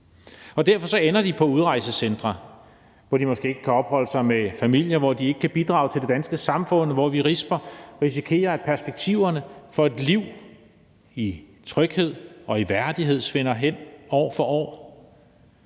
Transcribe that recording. og derfor ender de på udrejsecentre, hvor de måske ikke kan opholde sig med familie, hvor de ikke kan bidrage til det danske samfund, og hvor vi risikerer, at perspektiverne for et liv i tryghed og i værdighed svinder hen år for år.